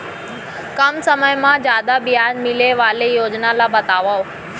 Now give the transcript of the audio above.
कम समय मा जादा ब्याज मिले वाले योजना ला बतावव